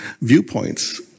viewpoints